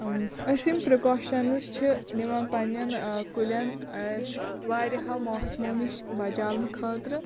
أسۍ یِم پِرٛکاشَنٕز چھِ نِوَن پَنٕنٮ۪ن کُلٮ۪ن واریاہو موسمَو نِش بچاونہٕ خٲطرٕ